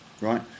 right